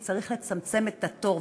כי צריך לצמצם את התור,